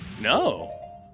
No